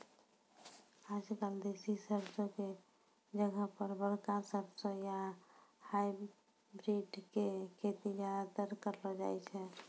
आजकल देसी सरसों के जगह पर बड़का सरसों या हाइब्रिड के खेती ज्यादातर करलो जाय छै